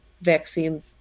vaccine